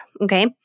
Okay